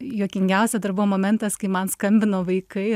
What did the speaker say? juokingiausia dar buvo momentas kai man skambino vaikai